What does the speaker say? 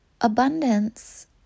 abundance